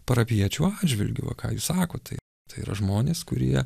parapijiečių atžvilgiu va ką jūs sakot tai tai yra žmonės kurie